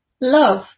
love